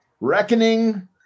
Reckoning